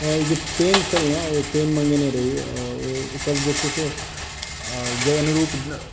ई जे पेन छल ने ई पेन मंगेने रही ओकर जे छै से जाहि अनुरूप